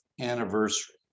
anniversary